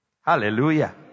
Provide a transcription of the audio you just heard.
Hallelujah